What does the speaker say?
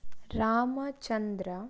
Ramachandra